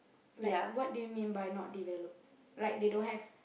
like what they mean by not developed like they don't have